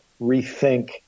rethink